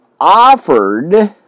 offered